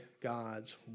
God's